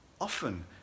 Often